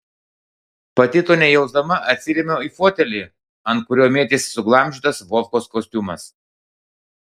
pati to nejausdama atsirėmiau į fotelį ant kurio mėtėsi suglamžytas vovkos kostiumas